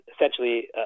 essentially